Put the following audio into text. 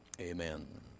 Amen